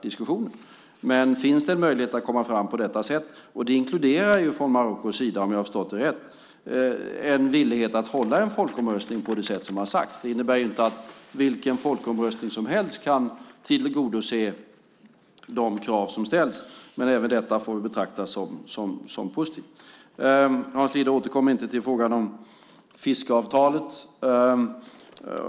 Men det kan finnas en möjlighet att komma fram på detta sätt, och det inkluderar från Marockos sida, om jag förstått det rätt, en villighet att hålla en folkomröstning på det sätt som har sagts. Det innebär inte att vilken folkomröstning som helst kan tillgodose de krav som ställs, men även detta får väl betraktas som positivt. Hans Linde återkom inte till frågan om fiskeavtalet.